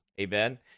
Amen